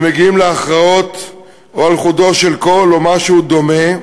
ומגיעים להכרעות על חודו של קול, או משהו דומה.